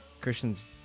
Christian's